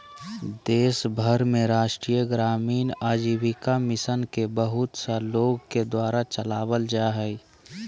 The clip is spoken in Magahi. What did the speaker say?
देश भर में राष्ट्रीय ग्रामीण आजीविका मिशन के बहुत सा लोग के द्वारा चलावल जा हइ